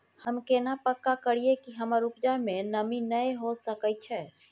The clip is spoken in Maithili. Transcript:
हम केना पक्का करियै कि हमर उपजा में नमी नय होय सके छै?